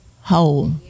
whole